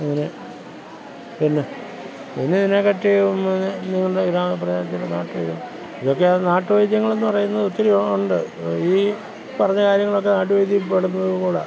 അങ്ങനെ പിന്നെ പിന്നെ ഒന്നും ഇതിനെ പറ്റിയൊന്നും നിങ്ങളുടെ ഗ്രാമപ്രദേശത്തിലെ നാട്ടു വൈദ്യം ഇതൊക്കെ നാട്ടു വൈദ്യങ്ങളെന്നു പറയുന്നത് ഒത്തിരി ഉണ്ട് ഈ പറഞ്ഞ കാര്യങ്ങളൊക്കെ നാട്ടു വൈദ്യങ്ങളിൽ പെടുന്നതും കൂടെയാണ്